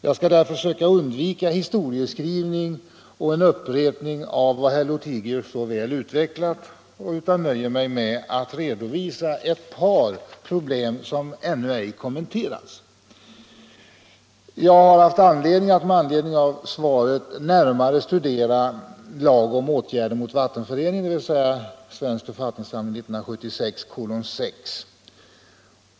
Jag skall därför försöka undvika historieskrivning och en upprepning av vad herr Lothigius så väl utvecklat och nöja mig med att redovisa ett par problem som ännu ej kommenterats. Svaret har givit mig anledning att närmare studera lagen om åtgärder mot vattenförorening, dvs. svensk författningssamling 1976:6.